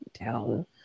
down